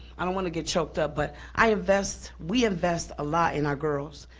i don't want to get choked up, but i invest, we invest a lot in our girls,